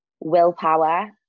willpower